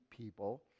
people